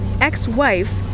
ex-wife